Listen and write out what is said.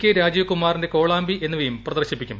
K രാജീവ്കുമാറിന്റെ കോളാമ്പി എന്നിവയും പ്രദർശിപ്പിക്കും